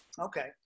Okay